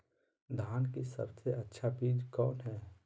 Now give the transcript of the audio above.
धान की सबसे अच्छा बीज कौन है?